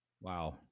Wow